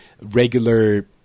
regular